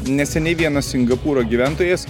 neseniai vienas singapūro gyventojas